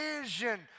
vision